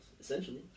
essentially